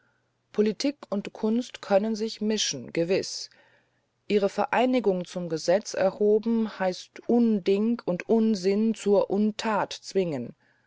politik und kunst können sich mischen gewiß ihre vereinigung zum gesetz erhoben heißt un ding und un sinn zur un tat zwingen